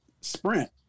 sprint